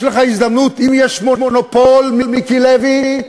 יש לך הזדמנות, אם יש מונופול, מיקי לוי,